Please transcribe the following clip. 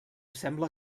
sembla